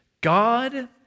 God